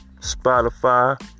Spotify